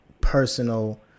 personal